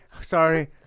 sorry